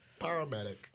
paramedic